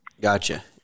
gotcha